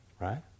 Right